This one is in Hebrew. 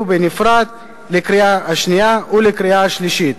בנפרד לקריאה השנייה ולקריאה השלישית.